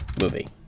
movie